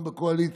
באופוזיציה.